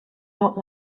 not